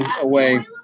away